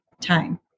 time